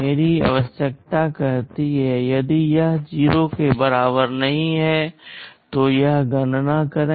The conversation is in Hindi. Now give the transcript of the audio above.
मेरी आवश्यकता कहती है यदि यह 0 के बराबर नहीं है तो यह गणना करें